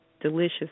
delicious